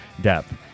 depth